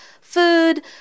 food